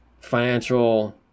financial